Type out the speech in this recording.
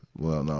well,